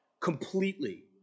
completely